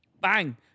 Bang